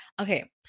Okay